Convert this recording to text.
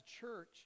church